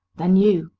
than you,